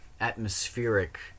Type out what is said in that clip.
atmospheric